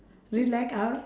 relax ah